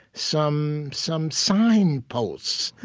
some some signposts,